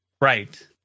Right